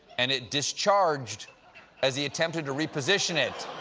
and it discharged as he attempted to reposition it.